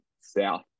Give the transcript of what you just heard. south